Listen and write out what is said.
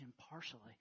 impartially